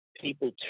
people